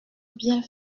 bien